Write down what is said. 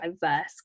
diverse